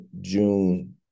June –